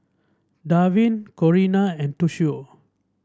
Dwain Corina and Toshio